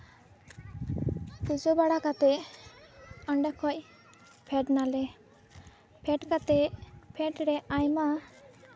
ᱯᱩᱡᱟᱹ ᱵᱟᱲᱟ ᱠᱟᱛᱮᱫ ᱚᱸᱰᱮ ᱠᱷᱚᱱ ᱯᱷᱮᱰ ᱱᱟᱞᱮ ᱯᱷᱮᱰ ᱠᱟᱛᱮᱫ ᱯᱷᱮᱰᱨᱮ ᱟᱭᱢᱟ